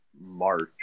March